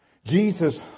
Jesus